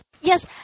Yes